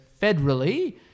federally